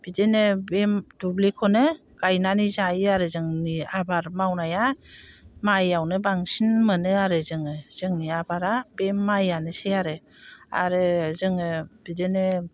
बिदिनो बे दुब्लिखौनो गायनानै जायो आरो जोंनि आबाद मावनाया माइयावनो बांसिन मोनो आरो जोङो जोंनि आबादा बे माइयानोसै आरो आरो जोङो बिदिनो